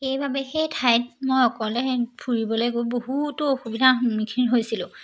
সেইবাবে সেই ঠাইত মই অকলে ফুৰিবলে গৈ বহুতো অসুবিধাৰ সন্মুখীন হৈছিলোঁ